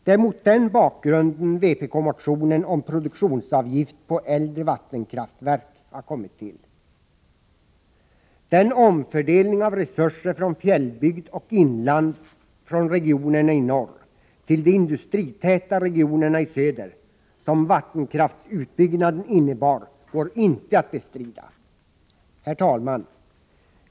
Det är mot den bakgrunden vpk-motionen om produktionsavgift på äldre vattenkraftverk har kommit till. Den omfördelning av resurserna från fjällbygd och inland, från regionerna i norr till de industritätare regionerna i söder som vattenkraftsutbyggnaden innebar går inte att bestrida. Herr talman!